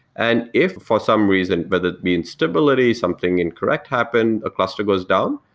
and if for some reason, whether it be instability, something incorrect happened, a cluster goes down,